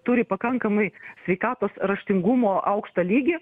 turi pakankamai sveikatos raštingumo aukštą lygį